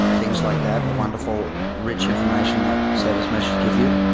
things like that. the wonderful, rich information that service meshes give you,